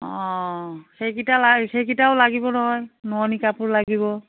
অঁ সেইকেইটাও লাগিব নহয় নোৱনি কাপোৰ লাগিব